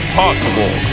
possible